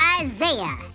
Isaiah